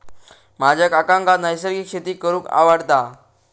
माझ्या काकांका नैसर्गिक शेती करूंक आवडता